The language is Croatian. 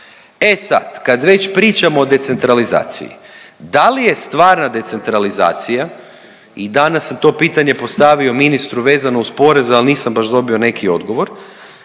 E sad, kad već pričamo o decentralizaciji, da li je stvarna decentralizacija i danas sam to pitanje postavio ministru vezano uz porez, al nisam baš dobio neki odgovor,